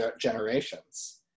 generations